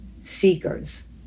seekers